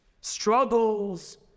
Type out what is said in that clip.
struggles